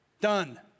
done